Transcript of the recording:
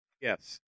Yes